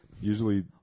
usually